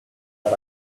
are